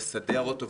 לסדר אותו,